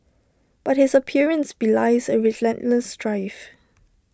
but his appearance belies A relentless drive